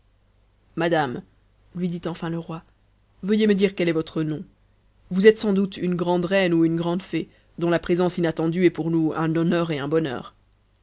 madame lui dit enfin le roi veuillez me dire quel est votre nom vous êtes sans doute une grande reine ou une grande fée dont la présence inattendue est pour nous un honneur et un bonheur